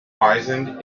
wisden